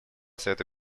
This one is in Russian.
совета